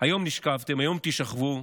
היום נשכבתם, היום תישכבו,